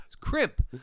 Crimp